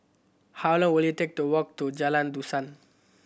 how long will it take to walk to Jalan Dusun